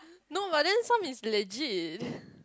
no but then some is legit